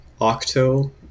Octo